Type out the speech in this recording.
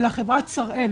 אלא חברת שראל,